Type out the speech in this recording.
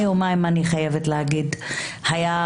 אני חייבת להגיד שלפני יומיים,